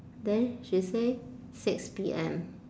then she say six P_M